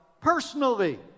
personally